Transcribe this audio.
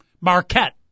Marquette